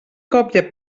còpia